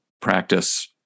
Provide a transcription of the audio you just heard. practice